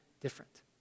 different